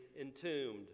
entombed